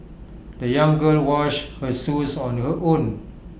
the young girl washed her shoes on her own